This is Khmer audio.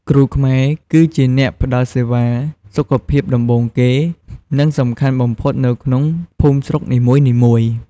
គ្រូខ្មែរគឺជាអ្នកផ្ដល់សេវាសុខភាពដំបូងគេ និងសំខាន់បំផុតនៅក្នុងភូមិស្រុកនីមួយៗ។